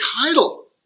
title